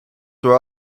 were